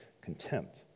contempt